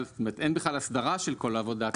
אין בכלל אין בכלל אסדרה של כל העבודה.